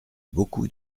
beaucoup